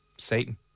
Satan